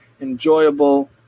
enjoyable